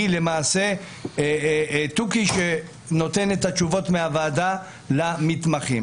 היא למעשה תוכי שנותן את התשובות מהוועדה למתמחים.